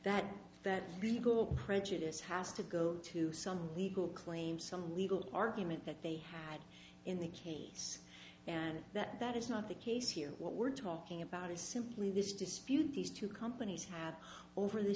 that that the prejudice has to go to some legal claim some legal argument that they had in the case and that that is not the case here what we're talking about is simply this dispute these two companies had over th